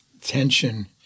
tension